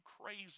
crazy